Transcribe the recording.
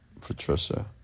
Patricia